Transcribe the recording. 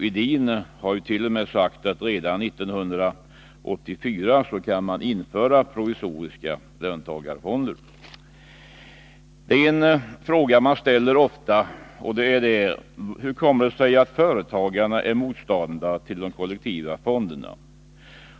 Edin hart.o.m. sagt att man redan 1984 kan införa provisoriska löntagarfonder. En fråga ställs ofta, nämligen: Hur kommer det sig att företagarna är motståndare till kollektiva fonder?